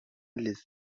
لذت